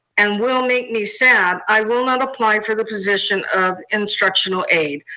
and will make me sad, i will not apply for the position of instructional aid.